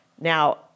Now